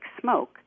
smoke